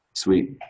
Sweet